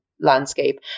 landscape